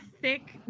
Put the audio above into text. thick